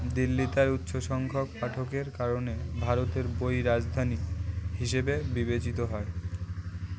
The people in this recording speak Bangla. দিল্লী তার উচ্চ সংখ্যক পাঠকের কারণে ভারতের বই রাজধানী হিসেবে বিবেচিত হয়